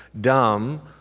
dumb